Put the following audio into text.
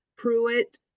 Pruitt